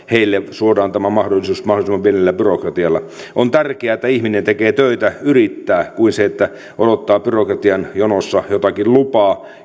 suodaan tämä mahdollisuus mahdollisimman pienellä byrokratialla on tärkeämpää että ihminen tekee töitä ja yrittää kuin se että odottaa byrokratian jonossa jotakin lupaa